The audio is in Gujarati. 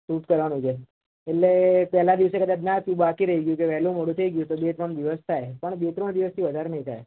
શૂટ કરવાનું છે એટલે પહેલાં દિવસે કદાચ ના થયું બાકી રહી ગયું કે વહેલું મોડું થઈ ગયું તો બે ત્રણ દિવસ થાય પણ બે ત્રણ દિવસથી વધારે નહી થાય